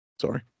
Sorry